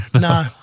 No